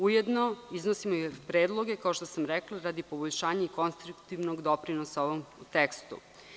Ujedno, iznosimo i predloge, kao što sam rekla, radi poboljšanja i konstruktivnog doprinosa ovom tekstu.